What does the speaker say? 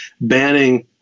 banning